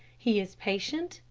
he is patient,